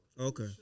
Okay